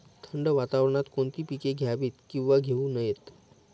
थंड वातावरणात कोणती पिके घ्यावीत? किंवा घेऊ नयेत?